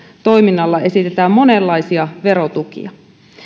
toiminnalle esitetään monenlaisia verotukia